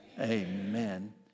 Amen